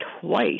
twice